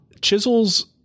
Chisels